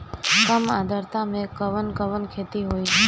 कम आद्रता में कवन कवन खेती होई?